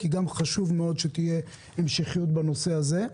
כי חשוב מאוד שתהיה המשכיות בנושא הזה.